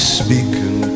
speaking